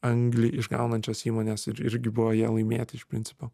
anglį išgaunančias įmones ir irgi buvo jie laimėti iš principo